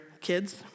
kids